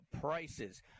prices